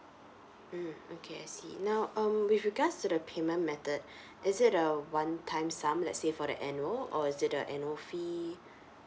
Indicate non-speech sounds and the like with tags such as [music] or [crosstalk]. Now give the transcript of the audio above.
mm okay I see now um with regards to the payment method [breath] is it a one time sum let's say for the annual or is it the annual fee